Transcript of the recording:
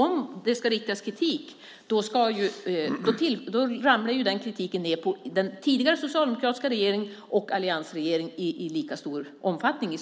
Om det ska riktas kritik ramlar den kritiken i så fall ned på den tidigare socialdemokratiska regeringen och alliansregeringen i lika stor omfattning.